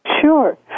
Sure